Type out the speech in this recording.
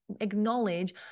acknowledge